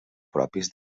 propis